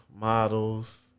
models